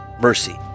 mercy